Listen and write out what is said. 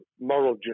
moral